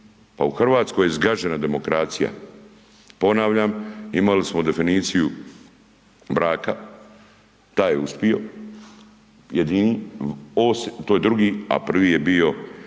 Pa u Hrvatskoj je zgažena demokracija. Ponavljam, imali smo definiciju braka, taj je uspio jedini, to je drugi a prvi je je